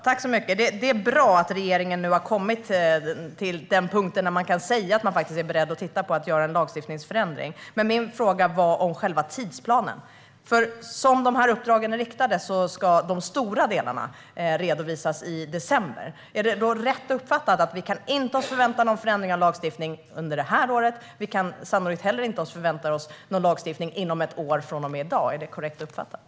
Herr talman! Det är bra att regeringen nu har kommit till en punkt där man kan säga att man är beredd att titta på en lagstiftningsförändring. Men min fråga gällde själva tidsplanen. Som uppdragen är riktade ska de stora delarna redovisas i december. Är det då korrekt uppfattat att vi inte kan förvänta oss någon förändring av lagstiftningen under detta år och sannolikt inte heller inom ett år från och med i dag?